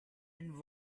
and